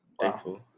thankful